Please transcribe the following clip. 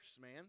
man